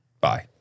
Bye